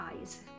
eyes